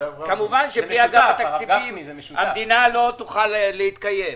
כמובן שבלי אגף התקציבים המדינה לא תוכל להתקיים.